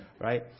right